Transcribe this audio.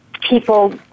people